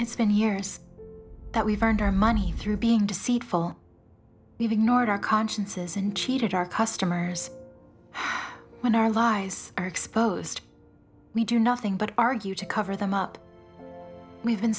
it's been years that we've earned our money through being deceitful we've ignored our consciences and cheated our customers when our lies are exposed we do nothing but argue to cover them up we've been